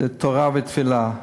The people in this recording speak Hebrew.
זה תורה ותפילה.